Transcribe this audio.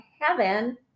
heaven